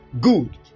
Good